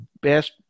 best